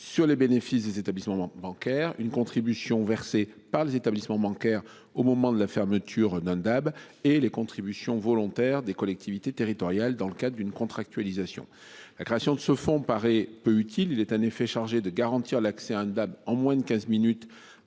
sur les bénéfices des établissements bancaires une contribution versée par les établissements bancaires au moment de la fermeture d'un DAB et les contributions volontaires des collectivités territoriales dans le cas d'une contractualisation. La création de ce fonds paraît peu utile. Il est en effet chargé de garantir l'accès à une dame en moins de 15 minutes.